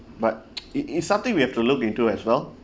but it is something we have to look into as well